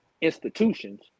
institutions